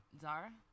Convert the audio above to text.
Zara